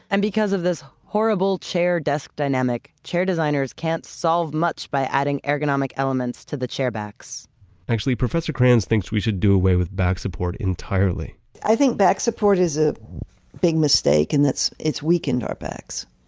and because of this horrible chair desk, dynamic chair designers can't solve much by adding ergonomic elements to the chair backs actually, professor cranz thinks we should do away with back support entirely i think back support is a big mistake and that it's weakened our backs.